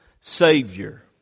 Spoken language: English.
Savior